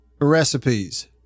recipes